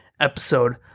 episode